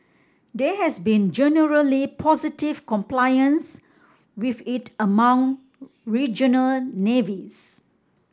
there has been generally positive compliance with it among regional navies